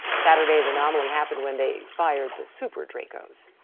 saturday's anomaly happened when they fired the super draco's.